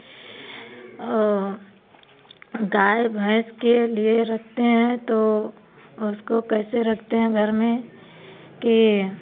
गाय भैंस के लिए रखते हैं तो उसको कैसे रखते हैं घर में कि